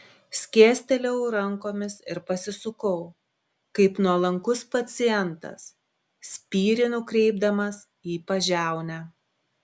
skėstelėjau rankomis ir pasisukau kaip nuolankus pacientas spyrį nukreipdamas į pažiaunę